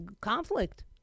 conflict